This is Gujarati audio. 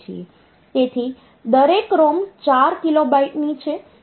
તેથી દરેક ROM 4KB ની છે જે 8KB બનાવે છે